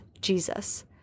Jesus